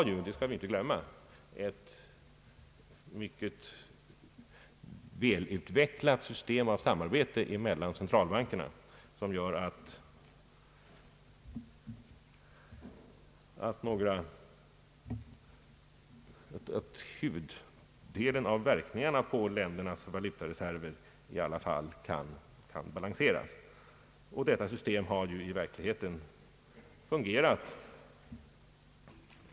Låt mig bara erinra om att i ett mycket välutvecklat system av samarbete mellan centralbankerna som gör att huvuddelen av verkningarna på ländernas valutareserver i betydande grad kan neutraliseras. Detta system har ju i verkligheten fungerat.